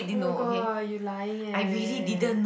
oh my god you lying eh